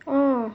oh